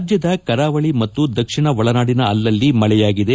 ರಾಜ್ಯದ ಕರಾವಳಿ ಮತ್ತು ದಕ್ಷಿಣ ಒಳನಾಡಿನ ಅಲ್ಲಲ್ಲಿ ಮಳೆಯಾಗಿದೆ